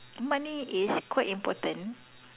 money is quite important